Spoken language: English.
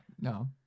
No